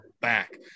back